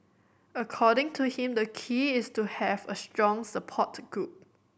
according to him the key is to have a strong support group